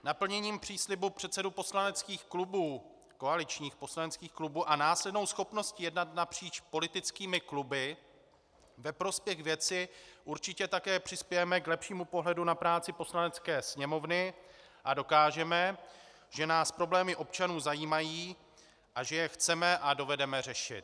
Naplněním příslibu předsedů poslaneckých klubů, koaličních poslaneckých klubů a následnou schopností jednat napříč politickými kluby ve prospěch věci určitě také přispějeme k lepšímu pohledu na práci Poslanecké sněmovny a dokážeme, že nás problémy občanů zajímají a že je chceme a dovedeme řešit.